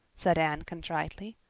said anne contritely.